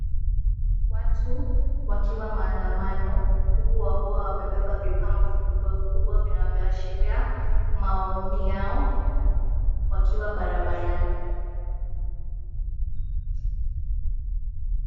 Watu wakiwa maandamano huku wakiwa wamebeba vibango vikubwa vikubwa vinavyo ashiria maoni yao wakiwa barabarani.